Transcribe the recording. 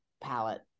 palette